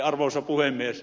arvoisa puhemies